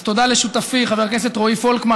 אז תודה לשותפי חבר הכנסת רועי פולקמן.